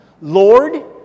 Lord